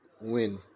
win